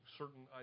certain